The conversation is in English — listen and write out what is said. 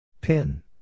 Pin